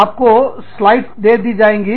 आपको पट्टीकास्लाइड दे दी जाएंगी